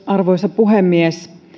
arvoisa puhemies